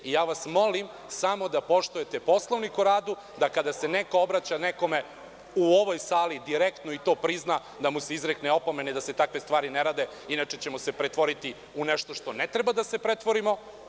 Molim vas samo da poštujete Poslovnik o radu i kada se neko obraća nekome u ovoj sali direktno i to prizna da mu se izrekne opomena i da se takve stvari ne rade, inače ćemo se pretvoriti u nešto što ne treba da se pretvorimo.